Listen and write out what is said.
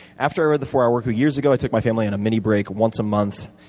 after i read the four hour workweek years ago, i took my family on a mini break once a month.